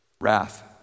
wrath